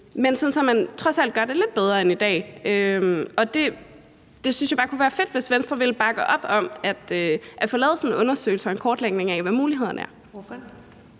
end i dag, og jeg synes bare, det kunne være fedt, hvis Venstre ville bakke op om at få lavet sådan en undersøgelse og kortlægning af, hvad mulighederne er.